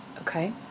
okay